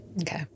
Okay